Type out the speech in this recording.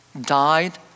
died